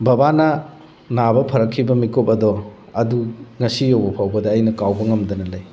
ꯕꯕꯥꯅ ꯅꯥꯕ ꯐꯔꯛꯈꯤꯕ ꯃꯤꯀꯨꯞ ꯑꯗꯣ ꯑꯗꯨ ꯉꯁꯤ ꯌꯧꯕ ꯐꯥꯎꯕꯗ ꯑꯩꯅ ꯀꯥꯎꯕ ꯉꯝꯗꯅ ꯂꯩ